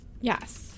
Yes